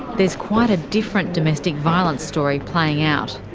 there's quite a different domestic violence story playing out.